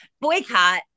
boycott